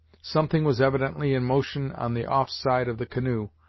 something was evidently in motion on the off side of the canoe,